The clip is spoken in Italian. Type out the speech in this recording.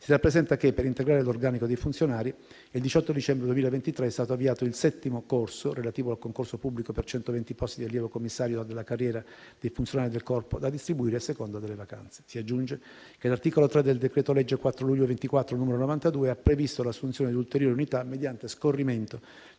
Si rappresenta che, per integrare l'organico dei funzionari, il 18 dicembre 2023 è stato avviato il VII corso, relativo al concorso pubblico per 120 posti di allievo commissario della carriera dei funzionari del Corpo da distribuire a seconda delle vacanze. Si aggiunge che l'articolo 3 del decreto-legge 4 luglio 2024, n. 92, ha previsto l'assunzione di ulteriori unità mediante scorrimento